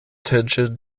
tension